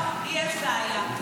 לא, לי יש בעיה,